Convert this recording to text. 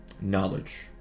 knowledge